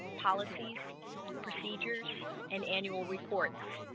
policies procedures and annual reports